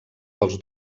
dels